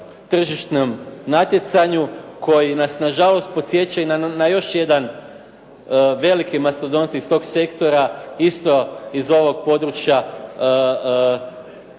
koji nas nažalost podsjeća i na još jedan veliki mastodont iz tog sektora isto iz ovog područja